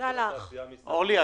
אורלי,